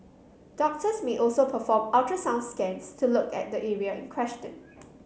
doctors may also perform ultrasound scans to look at the area in questioned